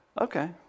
okay